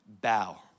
bow